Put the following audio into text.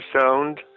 sound